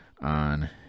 on